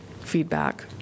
feedback